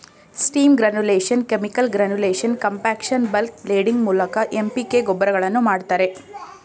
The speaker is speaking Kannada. steam granulation, chemical granulation, compaction, bulk blending ಮೂಲಕ ಎಂ.ಪಿ.ಕೆ ಗೊಬ್ಬರಗಳನ್ನು ಮಾಡ್ತರೆ